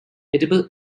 edible